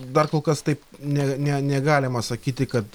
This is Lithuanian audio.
dar kol kas taip ne ne negalima sakyti kad